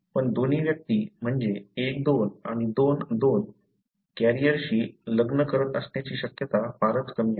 पण दोन्ही व्यक्ती म्हणजे I 2 आणि II 2 कॅरियरशी लग्न करत असण्याची शक्यता फारच कमी आहे